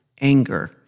anger